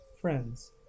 friends